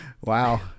Wow